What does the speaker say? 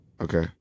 Okay